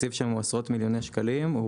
עשרות מיליוני שקלים.